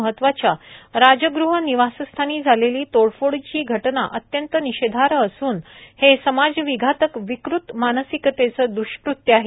महत्वाच्या राजग़ह निवासस्थानी झालेली तोडफोडीची घटना अत्यंत निषेधार्ह असून हे समाजविघातक विकृत मानसिकतेचे द्रष्कृत्य आहे